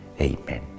Amen